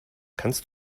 kannst